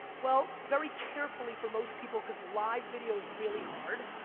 well, very carefully, for most people, cause live video is really hard.